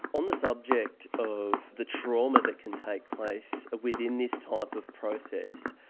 on the subject of the trauma that can take place within this type of process,